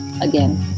again